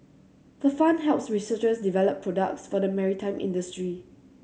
the fund helps researchers develop products for the maritime industry